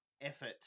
effort